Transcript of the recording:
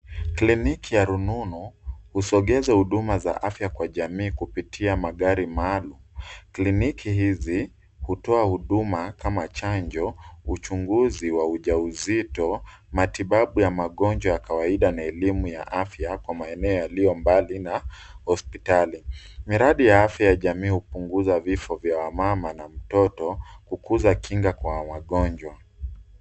Kliniki ya rununu husogeza huduma za afya kwa jamii kupitia magari maalum. Kliniki hizi hutoa huduma kama chanjo, uchunguzi wa uja uzito, matibabu ya magonjwa ya kawaida, na elimu ya afya kwa maeneo yaliyo mbali na hospitali. Miradi ya afya ya jamii hupunguza vifo vya mama na mtoto kukuza kinga kwa wagonjwa.